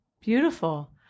Beautiful